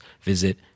visit